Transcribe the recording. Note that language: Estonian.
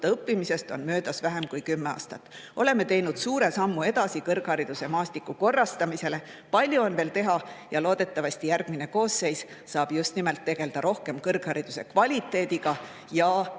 õppimisest on möödas vähem kui kümme aastat. Oleme teinud suure sammu edasi kõrgharidusmaastiku korrastamisel. Palju on veel teha ja loodetavasti järgmine koosseis saab just nimelt rohkem tegeleda kõrghariduse kvaliteediga ja